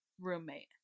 roommate